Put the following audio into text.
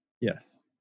Yes